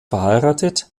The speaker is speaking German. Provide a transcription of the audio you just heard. verheiratet